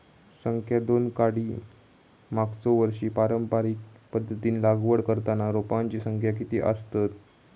संख्या दोन काडी मागचो वर्षी पारंपरिक पध्दतीत लागवड करताना रोपांची संख्या किती आसतत?